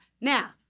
Now